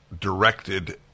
directed